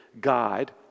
guide